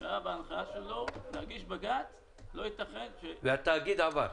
זה היה בהנחייתו להגיש בג"צ שלא ייתכן ש --- התאגיד עבר.